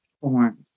formed